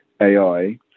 AI